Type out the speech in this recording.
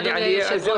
תודה, אדוני היושב-ראש.